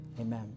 Amen